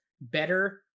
better